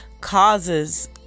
causes